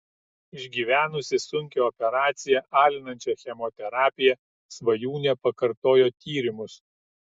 išgyvenusi sunkią operaciją alinančią chemoterapiją svajūnė pakartojo tyrimus